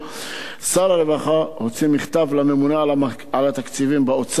שר הרווחה הוציא מכתב לממונה על התקציבים באוצר,